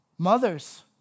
Mothers